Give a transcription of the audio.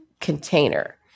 container